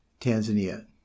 Tanzania